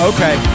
Okay